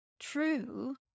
true